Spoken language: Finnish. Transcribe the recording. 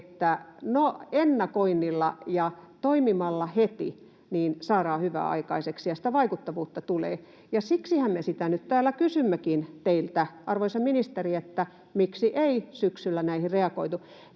että ennakoinnilla ja toimimalla heti saadaan hyvää aikaiseksi ja sitä vaikuttavuutta tulee. Ja siksihän me sitä nyt täällä kysymmekin teiltä, arvoisa ministeri, miksi ei syksyllä näihin reagoitu.